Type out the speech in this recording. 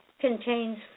contains